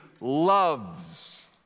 loves